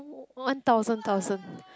one thousand thousand